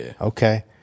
Okay